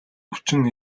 өвчин